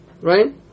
right